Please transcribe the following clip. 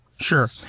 Sure